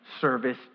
service